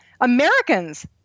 Americans